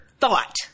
thought